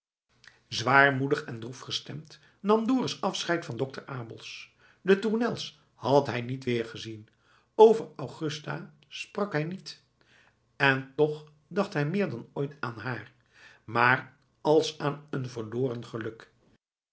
zwaarmoedig en droef gestemd nam dorus afscheid van dokter abels de tournels had hij niet weergezien over augusta sprak hij niet en toch dacht hij meer dan ooit aan haar maar als aan een verloren geluk